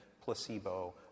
placebo